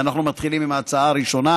ואנחנו מתחילים עם ההצעה הראשונה.